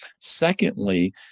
Secondly